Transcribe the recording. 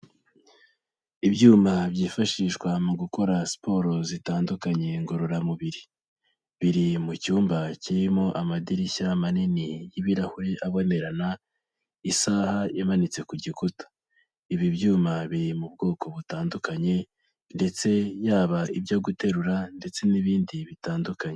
Ibyuma byifashishwa mu gukora siporo zitandukanye ngororamubiri, biri mu cyumba kirimo amadirishya manini y'ibirahure abonerana, isaha imanitse ku gikuta, ibi byuma biri mu bwoko butandukanye ndetse yaba ibyo guterura ndetse n'ibindi bitandukanye.